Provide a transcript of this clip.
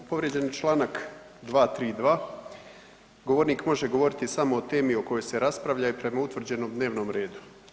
Evo, povrijeđen je čl. 232., govornik može govoriti samo o temi o kojoj se raspravlja i prema utvrđenom dnevnom redu.